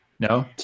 No